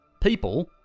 people